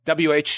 WH